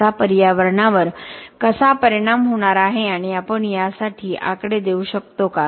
याचा पर्यावरणावर कसा परिणाम होणार आहे आणि आपण यासाठी आकडे देऊ शकतो का